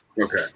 Okay